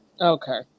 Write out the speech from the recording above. Okay